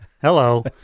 Hello